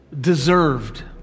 deserved